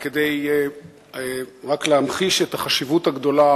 רק כדי להמחיש את החשיבות הגדולה